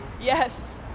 Yes